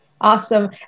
Awesome